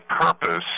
purpose